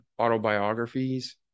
autobiographies